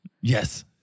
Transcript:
Yes